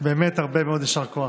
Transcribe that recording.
באמת הרבה מאוד יישר כוח.